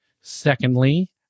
Secondly